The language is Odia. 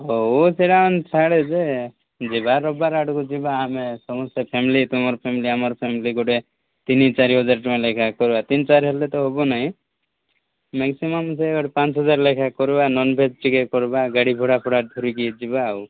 ହଉ ସେଇଟା ଛାଡ଼େ ଯେ ଯିବା ରବିବାର ଆଡ଼କୁ ଯିବା ଆମେ ସମସ୍ତେ ଫ୍ୟାମିଲି ତୁମର ଫ୍ୟାମିଲି ଆମର ଫ୍ୟାମିଲି ଗୋଟେ ତିନି ଚାରି ହଜାର ଟଙ୍କା ଲେଖାଁ କରିବା ତିନି ଚାରି ହେଲେ ତ ହେବନାଇଁ ମ୍ୟାକ୍ସିମମ୍ ସେ ପାଞ୍ଚ ହଜାର ଲେଖା କରିବା ନନଭେଜ୍ ଟିକେ କରିବା ଗାଡ଼ି ଭଡ଼ା ଫଡ଼ା କରିକି ଯିବା ଆଉ